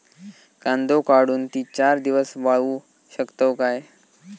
कांदो काढुन ती चार दिवस वाळऊ शकतव काय?